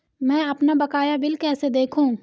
मैं अपना बकाया बिल कैसे देखूं?